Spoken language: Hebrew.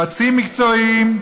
יועצים מקצועיים,